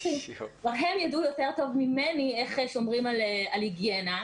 ידעו יותר טוב ממני איך שומרים על היגיינה.